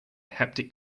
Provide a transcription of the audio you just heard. haptic